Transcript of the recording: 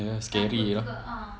ya scary ah